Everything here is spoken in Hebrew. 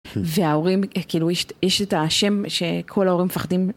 וההורים, כאילו, יש את השם שכל ההורים מפחדים.